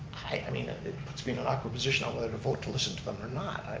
i mean it puts me in an awkward position on whether to vote to listen to them or not.